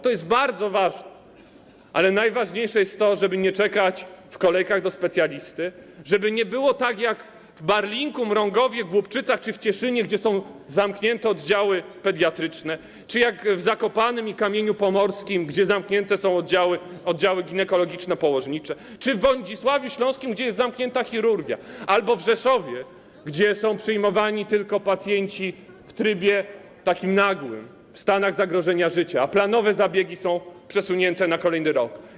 To jest bardzo ważne, ale najważniejsze jest to, aby nie czekać w kolejkach do specjalisty, żeby nie było tak jak w Barlinku, Mrągowie, Głubczycach czy w Cieszynie, gdzie są zamknięte oddziały pediatryczne, czy jak w Zakopanem i Kamieniu Pomorskim, gdzie zamknięte są oddziały ginekologiczno-położnicze, czy w Wodzisławiu Śląskim, gdzie jest zamknięta chirurgia, albo w Rzeszowie, gdzie są przyjmowani tylko pacjenci w trybie nagłym, w stanach zagrożenia życia, a planowe zabiegi są przesunięte na kolejny rok.